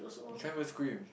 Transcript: can't even scream